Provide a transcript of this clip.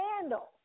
handle